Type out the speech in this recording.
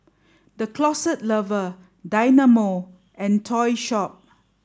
the Closet Lover Dynamo and Topshop